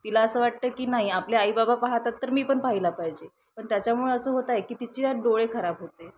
तिला असं वाटतं की नाही आपले आई बाबा पाहतात तर मी पण पाहिला पाहिजे पण त्याच्यामुळे असं होत आहे की तिचे डोळे खराब होते